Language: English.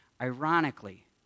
Ironically